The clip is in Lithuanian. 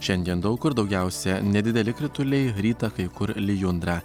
šiandien daug kur daugiausia nedideli krituliai rytą kai kur lijundra